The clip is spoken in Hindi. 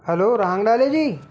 हेलो रांगलाले जी